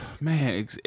Man